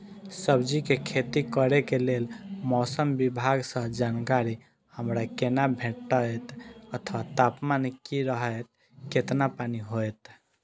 सब्जीके खेती करे के लेल मौसम विभाग सँ जानकारी हमरा केना भेटैत अथवा तापमान की रहैत केतना पानी होयत?